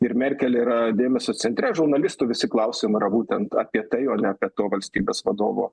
ir merkel yra dėmesio centre žurnalistų visi klausimą yra būtent apie tai o ne apie to valstybės vadovo